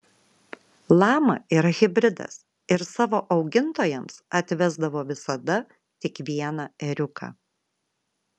lama yra hibridas ir savo augintojams atvesdavo visada tik vieną ėriuką